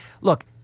look